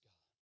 God